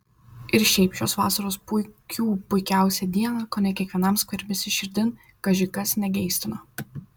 ir šiaip šios vasaros puikių puikiausią dieną kone kiekvienam skverbėsi širdin kaži kas negeistino